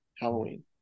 Halloween